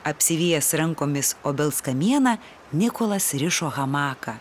apsivijęs rankomis obels kamieną nikolas rišo hamaką